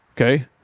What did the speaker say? Okay